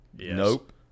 nope